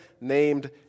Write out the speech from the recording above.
named